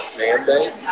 mandate